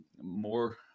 more